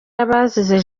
y’abazize